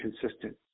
consistent